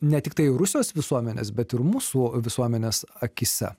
ne tiktai rusijos visuomenės bet ir mūsų visuomenės akyse